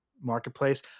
Marketplace